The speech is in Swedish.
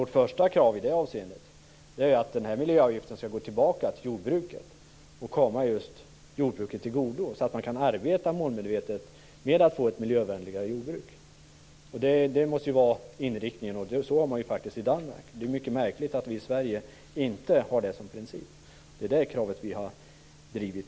Vårt första krav är att den här miljöavgiften skall gå tillbaka till jordbruket och komma jordbruket till godo så att man kan arbeta målmedvetet med att få ett miljövänligare jordbruk. Det måste ju vara inriktningen. Så gör man ju i Danmark. Det är mycket märkligt att vi i Sverige inte har det som princip. Det är det kravet vi har drivit.